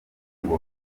ngo